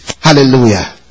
Hallelujah